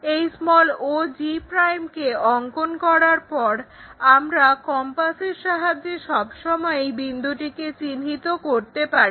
এই og কে অংকন করার পর আমরা কম্পাসের সাহায্যে সবসময়ই বিন্দুটিকে চিহ্নিত করতে পারি